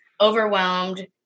overwhelmed